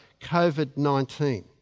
COVID-19